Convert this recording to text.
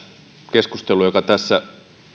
keskusteluun joka